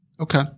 Okay